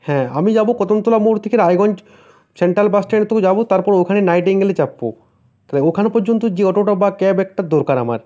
হ্যাঁ আমি যাব কদমতলা মোড় থেকে রায়গঞ্জ সেন্ট্রাল বাস স্ট্যান্ড থেকে যাব তারপর ওখানে নাইটিঙ্গেলে চাপব তা ওখানে পর্যন্ত যে অটোটা বা ক্যাব একটা দরকার আমার